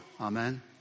Amen